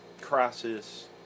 Crisis